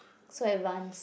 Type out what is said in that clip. so advance